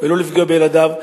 ולא לפגוע בילדיו.